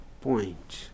point